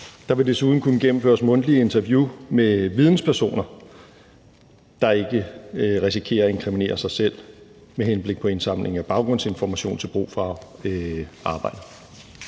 Der vil desuden kunne gennemføres mundtlige interviews med videnspersoner (f.eks. fra støtteforeninger), der ikke risikerer at inkriminere sig selv, med henblik på at indsamle baggrundsinformation til brug for arbejdet.«